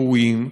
ראויים,